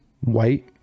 white